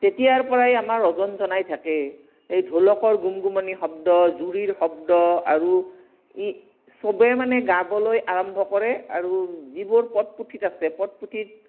তেতিয়াৰ পৰাই আমাৰ ৰজনজনাই থাকে এই ঢোলকৰ গুম গুমনিৰ শব্দ জুৰিৰ শব্দ আৰু ই চবে মানে গাবলৈ আৰম্ভ কৰে আৰু যিবোৰ পদ পুথিত আছে পদ পুথিত